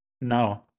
No